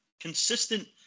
consistent